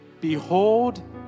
behold